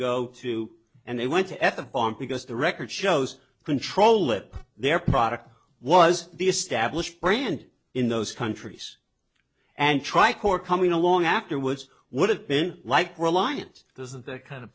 go to and they want to f bomb because the record shows control if their product was the established brand in those countries and try cor coming along afterwards would have been like reliance doesn't that kind of